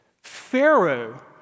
Pharaoh